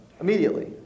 immediately